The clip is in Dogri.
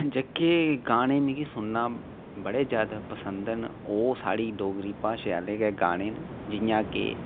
जेह्के गाने मिगी सुनने बड़े पसंद ना ओह् साढ़ी डोगरी भाशा आहले गे गाने ना जियां के